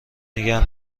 نگه